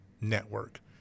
network